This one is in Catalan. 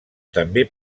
també